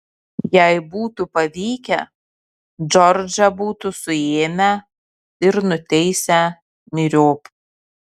jei būtų pavykę džordžą būtų suėmę ir nuteisę myriop